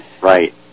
right